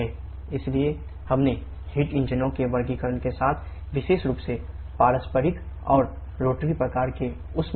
इसलिए हमने हीट इंजनों लिखना है